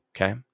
okay